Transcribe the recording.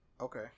Okay